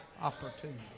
opportunity